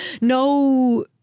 no